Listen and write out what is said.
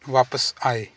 ਵਾਪਿਸ ਆਏ